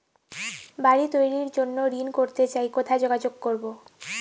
বাড়ি তৈরির জন্য ঋণ করতে চাই কোথায় যোগাযোগ করবো?